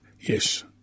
Yes